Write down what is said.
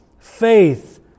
Faith